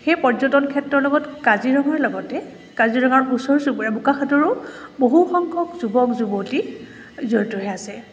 সেই পৰ্যটন ক্ষেত্ৰৰ লগত কাজিৰঙাৰ লগতে কাজিৰঙাৰ ওচৰ চুবুৰীয়া বোকাখাতৰো বহুসখ্যক যুৱক যুৱতী জড়িত হৈ আছে